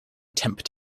tempt